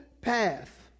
path